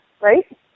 right